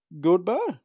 Goodbye